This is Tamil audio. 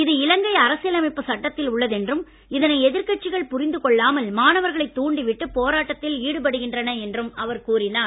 இது இலங்கை அரசியலமைப்புச் சட்டத்தில் உள்ளது என்றும் இதனை எதிர்க்கட்சிகள் புரிந்து கொள்ளாமல் மாணவர்களை தூண்டிவிட்டு போராட்டத்தில் ஈடுபடுகின்றனர் என்றும் அவர் கூறினார்